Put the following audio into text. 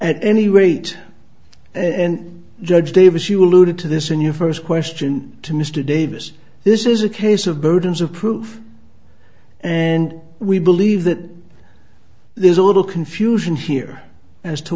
at any rate and judge davis you alluded to this in your first question to mr davis this is a case of burdens of proof and we believe that there's a little confusion here as to